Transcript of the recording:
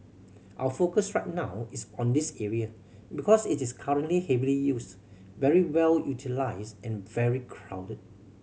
our focus right now is on this area because it is currently heavily used very well utilised and very crowded